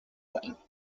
poäng